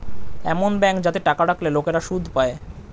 এমন ব্যাঙ্ক যাতে টাকা রাখলে লোকেরা সুদ পায়